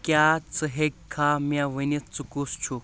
کیٛاہ ژٕ ہیککھا مے ؤنِتھ ژٕ کُس چھُکھ؟